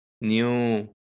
new